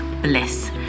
bliss